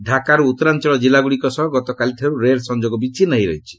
ଢାକାରୁ ଉଉରାଞ୍ଚଳ ଜିଲ୍ଲାଗୁଡ଼ିକ ସହ ଗତକାଲିଠାରୁ ରେଳ ସଂଯୋଗ ବିଚ୍ଛିନ୍ନ ହୋଇ ରହିଛି